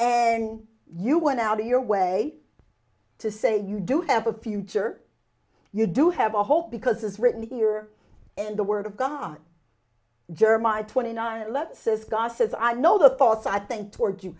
and you went out of your way to say you do have a future you do have a hope because it's written here and the word of god germany twenty nine eleven says god says i know the thoughts i think toward you